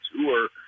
tour